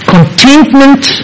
Contentment